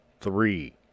three